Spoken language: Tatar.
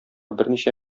берничә